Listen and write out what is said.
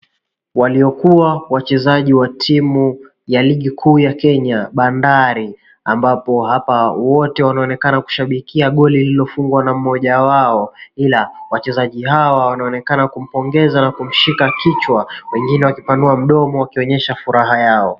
Waliokuwa wachezaji wa timu ya ligi kuu ya Kenya Bandari ambapo hapa wote wanaonekana kushabikia goli lililofungwa na mmoja wao ila wachezaji hawa wanaonekana kumpongeza na kumshika kichwa, wengine wakipanua mdomo wakionyesha furaha yao.